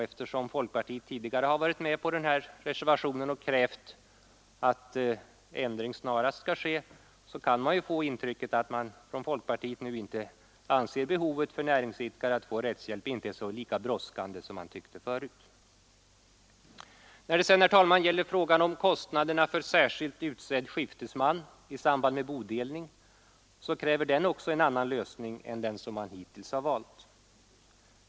Eftersom folkpartiet tidigare varit med på denna reservation och krävt att en ändring snarast möjligt skall ske, kan man få intrycket att folkpartiet nu anser att en lösning av frågan om näringsidkares rätt till rättshjälp inte är lika brådskande som förut. Även problemet med kostnaderna för särskilt utsedd skiftesman i samband med bodelning kräver en annan lösning än den hittills valda.